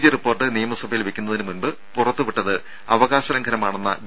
G report നിയമസഭയിൽ വയ്ക്കുന്നതിന് മുൻപ് പുറത്ത് വിട്ടത് അവകാശലംഘനമാണെന്ന വി